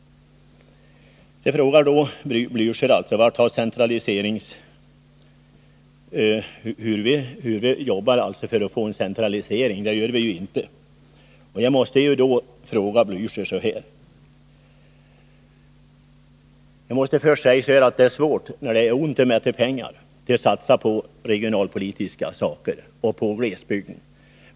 Raul Blächer frågar hur vi jobbar för att få en centralisering. Ja, det gör vi inte. När det är ont om pengar är det svårt att satsa på regionalpolitiska åtgärder och på glesbygden.